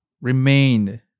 remained